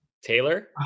Taylor